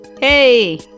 Hey